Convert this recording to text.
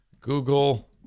Google